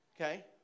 Okay